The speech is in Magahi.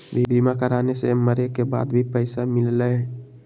बीमा कराने से मरे के बाद भी पईसा मिलहई?